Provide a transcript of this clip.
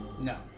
No